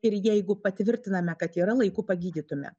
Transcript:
ir jeigu patvirtiname kad yra laiku pagydytume